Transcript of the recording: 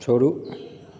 छोड़ू